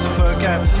forget